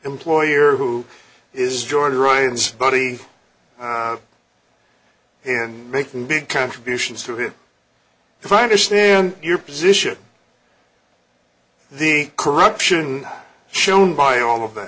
employer who is joining ryan's buddy and making big contributions to him if i understand your position the corruption shown by all of